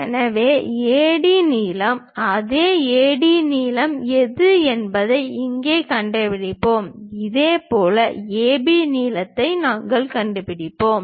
எனவே AD நீளம் அதே AD நீளம் எது என்பதை இங்கே கண்டுபிடிப்போம் இதேபோல் ஏபி நீளத்தை நாங்கள் கண்டுபிடிப்போம்